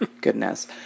goodness